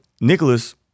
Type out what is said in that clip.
Nicholas